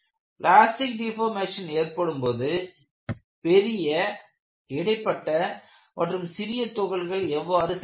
plastic deformation ஏற்படும் போது பெரிய இடைப்பட்ட மற்றும் சிறிய துகள்கள் எவ்வாறு செயல்படும்